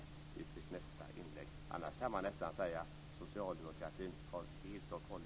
Annars kan man nästan säga att socialdemokratin helt och hållet tappat möjligheten att få ned arbetslösheten.